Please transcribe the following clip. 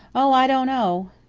oh, i don't know.